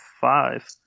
five